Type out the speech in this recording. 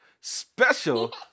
special